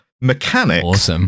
mechanics